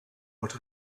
what